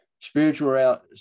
Spiritual